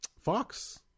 Fox